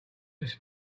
this